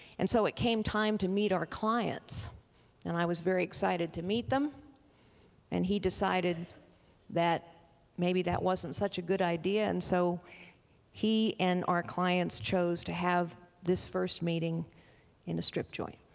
and so it came time to meet our clients and i was very excited to meet them and he decided that maybe that wasn't such a good idea and so he and our clients chose to have this first meeting in a strip joint.